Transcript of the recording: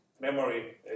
memory